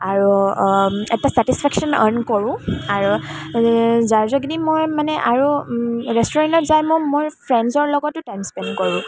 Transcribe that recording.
আৰু এটা satisfaction earn কৰোঁ আৰু যাৰ যোগেদি মই মানে আৰু ৰেষ্টুৰেণ্টত যাই মই মোৰ ফ্ৰেণ্ডছৰ লগতো টাইম স্পেণ্ড কৰোঁ